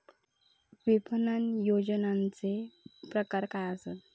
विपणन नियोजनाचे प्रकार काय आसत?